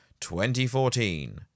2014